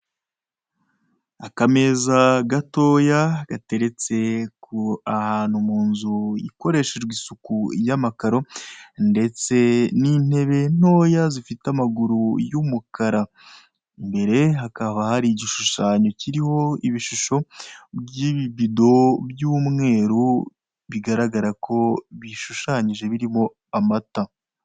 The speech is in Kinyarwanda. Akameza gatoya gateretse ahantu mu nzu ikoreshejwe isuku y'amakaro ndetse n'intebe ntoya zifite amaguru y'umukara. Imbere hakaba hari igishushanyo kiriho ibishusho by'ibibido by'umweru, bigaragara ko bishushanyije birimo amata.